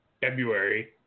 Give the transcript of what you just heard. February